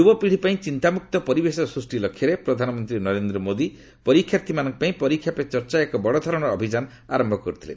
ଯୁବପିଢ଼ୀ ପାଇଁ ଚିନ୍ତାମୁକ୍ତ ପରିବେଶ ସୃଷ୍ଟି ଲକ୍ଷ୍ୟରେ ପ୍ରଧାନମନ୍ତ୍ରୀ ନରେନ୍ଦ୍ର ମୋଦି ପରୀକ୍ଷାର୍ଥୀମାନଙ୍କ ପାଇଁ ପରୀକ୍ଷା ପେ ଚର୍ଚ୍ଚା ଏକ ବଡଧରଣର ଅଭିଯାନ ଆରମ୍ଭ କରିଥିଲେ